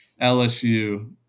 LSU